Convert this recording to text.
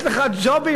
יש לך ג'ובים,